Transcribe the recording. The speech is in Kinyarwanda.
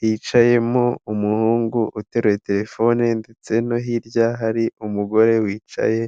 hicayemo umuhungu uterura telefone ndetse no hirya hari umugore wicaye